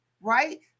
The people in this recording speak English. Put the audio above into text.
right